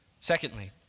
Secondly